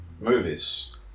Movies